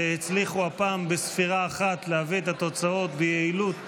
שהצליחו הפעם בספירה אחת להביא את התוצאות ביעילות ובמהירות.